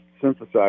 synthesized